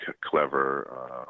clever